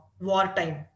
wartime